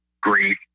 great